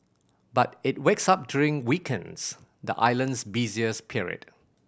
but it wakes up during weekends the island's busiest period